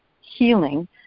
healing